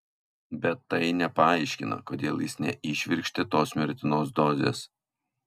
bet tai nepaaiškina kodėl jis neįšvirkštė tos mirtinos dozės